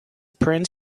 print